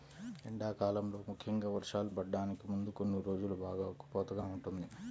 ఎండాకాలంలో ముఖ్యంగా వర్షాలు పడటానికి ముందు కొన్ని రోజులు బాగా ఉక్కపోతగా ఉంటుంది